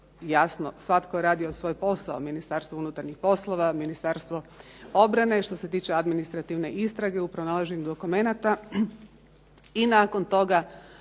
Jasno, svatko je radio svoj posao, Ministarstvo unutarnjih poslova, Ministarstvo obrane, što se tiče administrativne istrage u pronalaženju dokumenata, i nakon toga